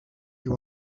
you